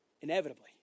inevitably